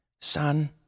Son